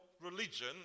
religion